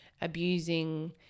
abusing